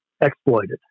exploited